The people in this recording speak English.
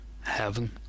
heaven